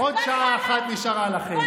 עוד שעה אחת נשארה לכם.